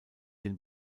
den